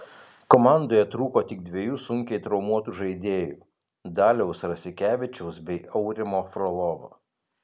komandoje trūko tik dviejų sunkiai traumuotų žaidėjų daliaus rasikevičiaus bei aurimo frolovo